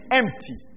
empty